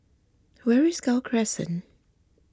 where is Gul Crescent